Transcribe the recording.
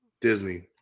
disney